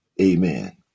Amen